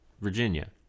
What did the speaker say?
Virginia